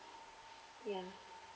yeah